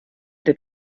der